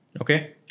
Okay